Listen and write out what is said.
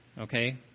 Okay